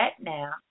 now